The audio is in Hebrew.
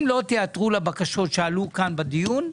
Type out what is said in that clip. אם לא תיעתרו לבקשות שעלו כאן בדיון,